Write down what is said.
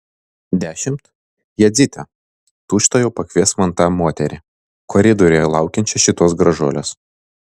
dešimt jadzyte tučtuojau pakviesk man tą moterį koridoriuje laukiančią šitos gražuolės